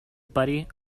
buddy